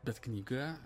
bet knyga